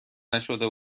نشده